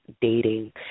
dating